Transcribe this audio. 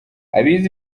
abize